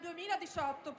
2018